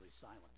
silent